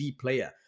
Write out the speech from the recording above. player